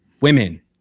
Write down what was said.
women